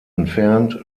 entfernt